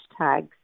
hashtags